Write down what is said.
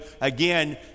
Again